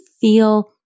feel